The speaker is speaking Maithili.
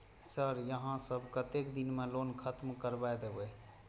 सर यहाँ सब कतेक दिन में लोन खत्म करबाए देबे?